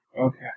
Okay